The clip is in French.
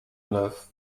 neuf